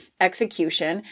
execution